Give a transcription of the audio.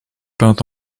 peinte